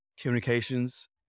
communications